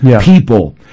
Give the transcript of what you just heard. people